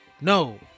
No